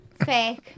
Fake